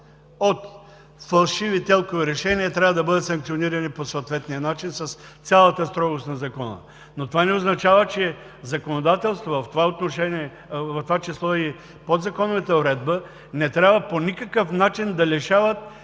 от фалшиви ТЕЛК-ови решения, трябва да бъдат санкционирани по съответния начин, с цялата строгост на закона, но това означава, че законодателството, в това число и подзаконовата уредба, не трябва по никакъв начин да лишават